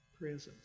presence